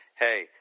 Hey